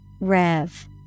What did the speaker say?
rev